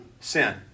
sin